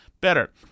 better